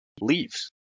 leaves